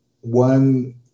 one